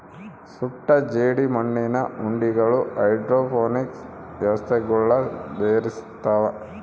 ಸುಟ್ಟ ಜೇಡಿಮಣ್ಣಿನ ಉಂಡಿಗಳು ಹೈಡ್ರೋಪೋನಿಕ್ ವ್ಯವಸ್ಥೆಗುಳ್ಗೆ ಬೆಶಿರ್ತವ